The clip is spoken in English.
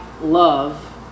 love